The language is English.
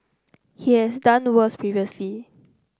he has done worse previously